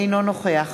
אינו נוכח